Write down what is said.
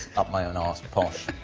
up my own ass, posh.